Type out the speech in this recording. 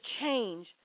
change